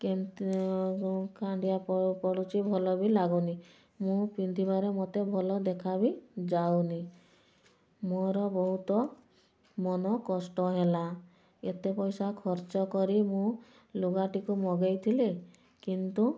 କିନ୍ତୁ ଖାଣ୍ଡିଆ ପଡ଼ୁଚି ଭଲ ବି ଲାଗୁନି ମୁଁ ପିନ୍ଧିବାରେ ମତେ ଭଲ ଦେଖା ବି ଯାଉନି ମୋର ବହୁତ ମନ କଷ୍ଟ ହେଲା ଏତେ ପଇସା ଖର୍ଚ୍ଚ କରି ମୁଁ ଲୁଗାଟିକୁ ମଗେଇ ଥିଲି କିନ୍ତୁ